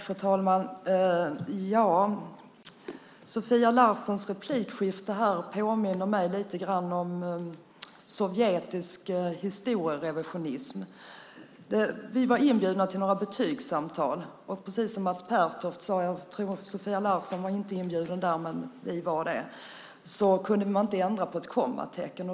Fru talman! Sofia Larsens replikskifte här påminner mig lite grann om sovjetisk historierevisionism. Vi var inbjudna till några betygssamtal, och precis som Mats Pertoft sade - jag tror att Sofia Larsen inte var inbjuden där, men vi var det - kunde man inte ändra på ett kommatecken.